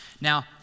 Now